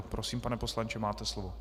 Prosím, pane poslanče, máte slovo.